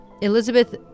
Elizabeth